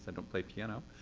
and don't play piano.